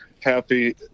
happy